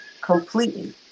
completely